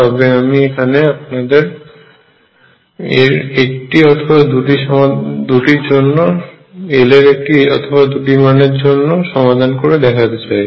তবে আমি এখানে আপনাদের l এর একটি অথবা দুটি মানের জন্য সমাধানটিকে করে দেখাতে চাই